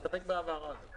אני מסתפק בהבהרה הזאת.